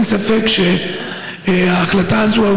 אין ספק שההחלטה הזאת,